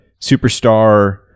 superstar